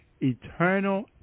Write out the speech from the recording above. eternal